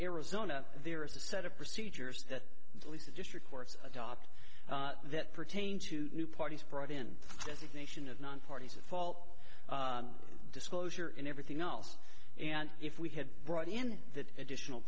arizona there is a set of procedures that the district courts adopt that pertain to new parties brought in designation of non parties at fault disclosure in everything else and if we had brought in that additional